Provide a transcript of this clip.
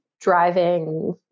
driving